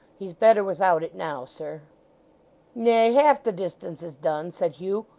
he's better without it, now, sir nay. half the distance is done said hugh.